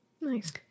Nice